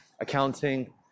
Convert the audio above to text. accounting